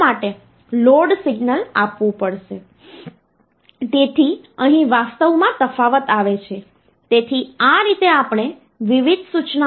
તેથી આ વધારાના બીટને સંગ્રહિત કરવા માટે એક વધારાની જગ્યા ફાળવવામાં આવી હોય છે જે જનરેટ થાય છે અને આ ઘણીવાર કેરી બીટ તરીકે ઓળખાય છે